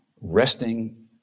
resting